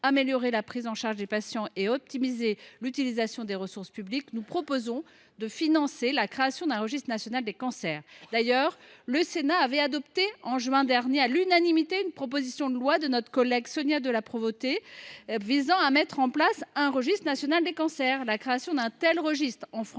améliorer la prise en charge des patients et optimiser l’utilisation des ressources publiques, nous proposons de financer la création d’un registre national des cancers. Au reste, le Sénat a adopté en juin dernier, à l’unanimité, une proposition de loi de notre collègue Sonia de La Provôté visant à créer un registre national des cancers. L’Académie nationale